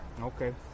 Okay